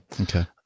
okay